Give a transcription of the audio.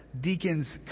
deacons